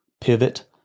pivot